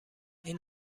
این